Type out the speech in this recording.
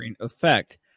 effect